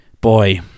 Boy